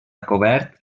cobert